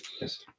Yes